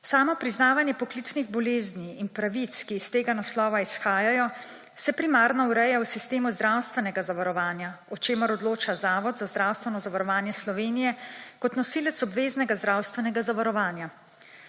Samo priznavanje poklicnih bolezni in pravic, ki iz tega naslova izhajajo, se primarno ureja v sistemu zdravstvenega zavarovanja, o čemer odloča Zavod za zdravstveno zavarovanje Slovenije kot nosilec obveznega zdravstvenega zavarovanja.